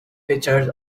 pitchers